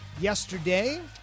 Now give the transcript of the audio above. yesterday